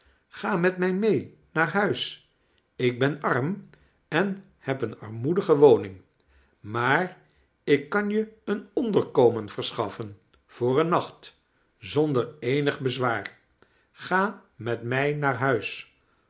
ga met mij mee naar huis ik ben arm en hefo eene armoedige waning maar ik kan je een onderkomen verschaffen voor een nacht zonder eenig foezwaar ga met mij naar huis